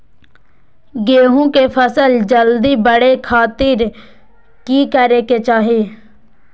गेहूं के फसल जल्दी बड़े खातिर की करे के चाही?